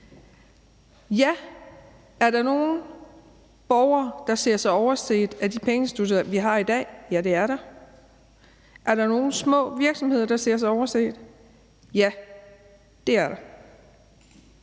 bank. Er der nogle borgere, der føler sig overset af de pengeinstitutter, vi har i dag? Ja, det er der. Er der nogle små virksomheder, der føler sig overset? Ja, det er der.